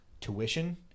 tuition